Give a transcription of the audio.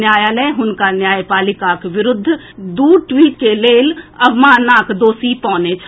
न्यायालय हुनका न्यायपालिकाक विरूद्व दू ट्वीट के लेल अवमाननाक दोषी पओने छल